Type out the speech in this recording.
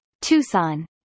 Tucson